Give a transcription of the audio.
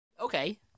Okay